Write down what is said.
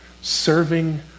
serving